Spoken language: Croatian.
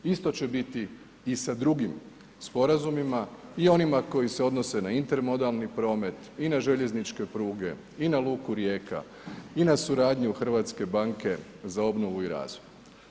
Isto će biti i sa drugim sporazumima i onima koji se odnose na intermodalni promet i na željezničke pruge i na luku Rijeka i na suradnju Hrvatske banke za obnovu i razvoj.